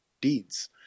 deeds